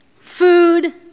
food